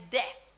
death